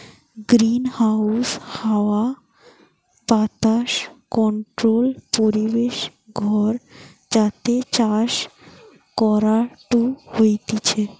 greenhouse হাওয়া বাতাস controlled পরিবেশ ঘর যাতে চাষ করাঢু হতিছে